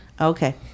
Okay